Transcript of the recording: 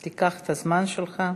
תיקח את הזמן שלך.